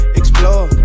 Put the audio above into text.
explore